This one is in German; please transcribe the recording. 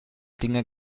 dinge